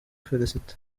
felicite